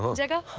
um take a